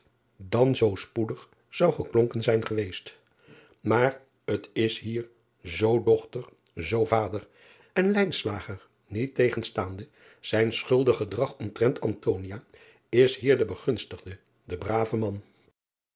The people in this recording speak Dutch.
dan zoo spoedig zou geklonken zijn geweest aar het is hier zoo dochter zoo vader en niettegenstaande zijn schuldig gedrag omtrent is hier de begunstigde de brave man